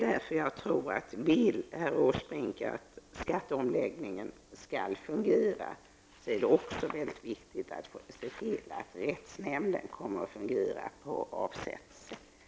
Därför tror jag att vill herr Åsbrink att skatteomläggningen skall fungera är det också väldigt viktigt att se till att rättsnämnden kommer att fungera på avsett sätt.